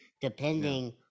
depending